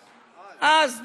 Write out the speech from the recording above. אז, אז.